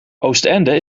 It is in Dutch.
oostende